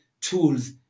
tools